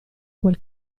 quel